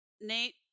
Nate